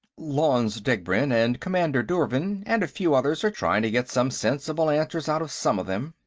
lanze degbrend and commander douvrin and a few others are trying to get some sensible answers out of some of them.